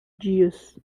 dias